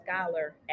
scholar